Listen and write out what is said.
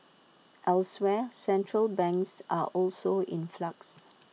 elsewhere central banks are also in flux